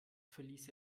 verließ